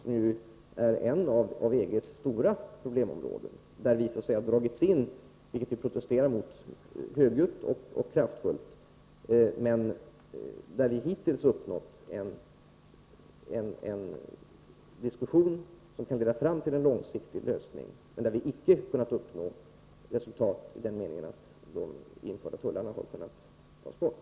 Den är ju ett av EG:s stora problemområden, där vi har dragits in — vilket vi högljutt och kraftfullt protesterar mot — och där vi hittills uppnått en diskussion som kan leda fram till en långsiktig lösning, men icke kunnat uppnå resultat i den meningen att de införda tullarna har kunnat tas bort.